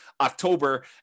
October